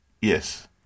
yes